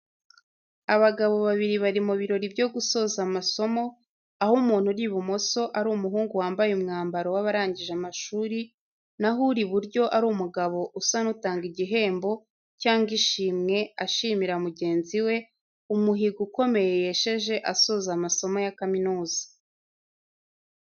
Abagabo babiri bari mu birori byo gusoza amasomo, aho umuntu uri ibumoso ari umuhungu wambaye umwambaro w’abarangije amashuri, na ho uri iburyo ari umugabo usa n'utanga igihembo cyangwa ishimwe ashimira mugenzi we umuhigo ukomeye yesheje asoza amasomo ya kaminuza.